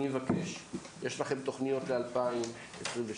יש לכם תוכניות ל-2023,